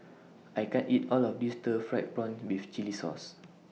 I can't eat All of This Stir Fried Prawn with Chili Sauce